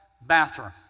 bathroom